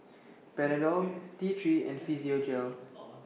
Panadol T three and Physiogel